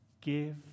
give